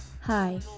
Hi